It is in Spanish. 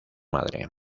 madre